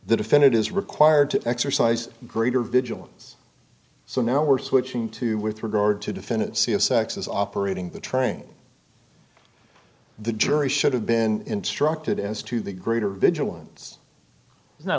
the defendant is required to exercise greater vigilance so now we're switching to with regard to defend it c s x is operating the train the jury should have been structed as to the greater vigilance not